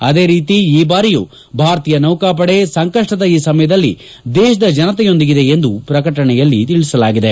ಆದೇ ರೀತಿ ಈ ಬಾರಿಯೂ ಭಾರತೀಯ ನೌಕಾಪಡೆ ಸಂಕಷ್ಷದ ಈ ಸಮಯದಲ್ಲಿ ದೇಶದ ಜನತೆಯೊಂದಿಗಿದೆ ಎಂದು ಪ್ರಕಟಣೆಯಲ್ಲಿ ತಿಳಿಸಲಾಗಿದೆ